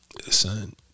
Son